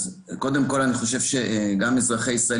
אז קודם כל אני חושב שגם אזרחי ישראל